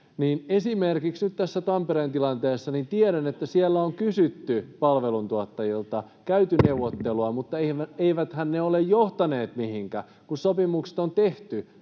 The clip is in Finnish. tiedän, että siellä on kysytty palveluntuottajilta, käyty neuvottelua, mutta eiväthän ne ole johtaneet mihinkään, kun sopimukset on tehty